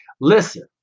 Listen